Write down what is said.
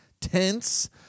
tense